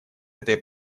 этой